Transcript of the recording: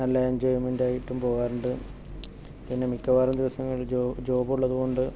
നല്ല എൻജോയ്മെൻറ് ആയിട്ടും പോകാറുണ്ട് പിന്നെ മിക്കവാറും ദിവസങ്ങളിൽ ജോ ജോബ് ഉള്ളതുകൊണ്ട്